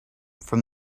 from